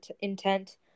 intent